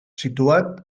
situat